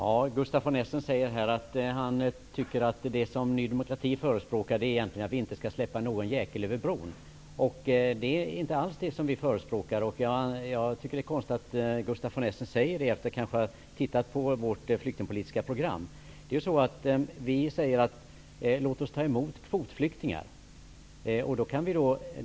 Fru talman! Gustaf von Essen sade att Ny demokrati förespråkar att vi inte skall släppa någon jäkel över bron. Det gör vi inte alls. Det är konstigt att Gustaf von Essen kan säga det efter att kanske ha tittat på vårt flyktingpolitiska program. Vi säger: Låt oss ta emot kvotflyktingar.